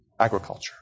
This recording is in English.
Agriculture